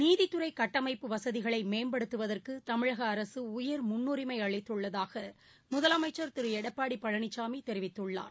நீதித்துறைகட்டமைப்பு வசதிகளைமேம்படுத்துவதற்குதமிழகஅரசுஉயர் முன்னுரிமைஅளித்துள்ளதாகமுதலமைச்சர் திருளடப்பாடிபழனிசாமிதெரிவித்துள்ளார்